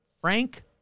Frank